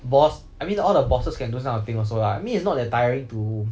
boss I mean all the bosses can do this kind of thing also lah I mean it's not that tiring to